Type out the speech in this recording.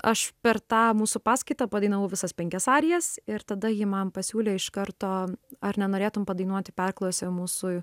aš per tą mūsų paskaitą padainavau visas penkias arijas ir tada ji man pasiūlė iš karto ar nenorėtum padainuoti perklausė mūsų